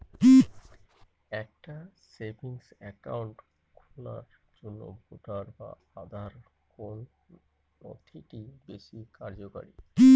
একটা savings account খোলার জন্য ভোটার বা আধার কোন নথিটি বেশী কার্যকরী?